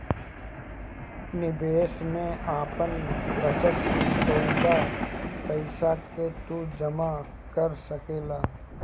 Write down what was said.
निवेश में आपन बचत कईल पईसा के तू जमा कर सकेला